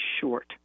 short—